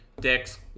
Dicks